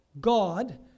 God